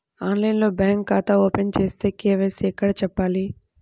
ఆన్లైన్లో బ్యాంకు ఖాతా ఓపెన్ చేస్తే, కే.వై.సి ఎక్కడ చెప్పాలి?